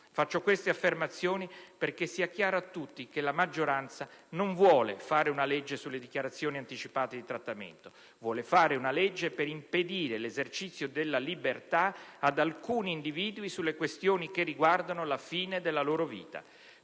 Faccio queste affermazioni perché sia chiaro a tutti che la maggioranza non vuole fare una legge sulle dichiarazioni anticipate di trattamento: vuole fare una legge per impedire l'esercizio della libertà ad alcuni individui sulle questioni che riguardano la fine della loro vita,